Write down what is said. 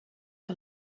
que